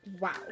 Wow